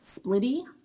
splitty